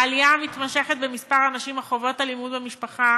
העלייה המתמשכת במספר הנשים החוות אלימות במשפחה